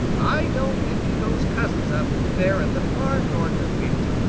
i don't envy those cousins up there in the far north a bit.